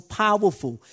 powerful